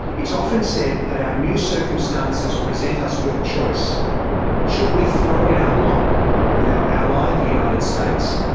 it is often said that our new circumstances present us with a choice should we throw in our lot with our ally, the united states,